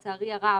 לצערי הרב,